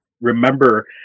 remember